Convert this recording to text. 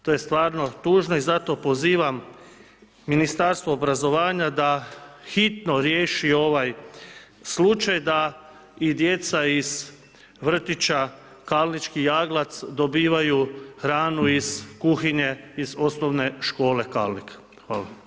To je stvarno tužno i zato pozivam Ministarstvo obrazovanja da hitno riješi ovaj slučaj, da i djeca iz vrtića Kalnički jaglac dobivaju hranu iz kuhinje iz OS Kalnik.